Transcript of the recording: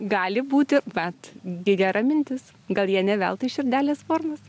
gali būti vat gera mintis gal jie ne veltui širdelės formos